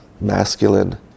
masculine